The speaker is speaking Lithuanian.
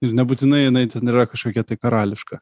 ir nebūtinai jinai ten yra kažkokia tai karališka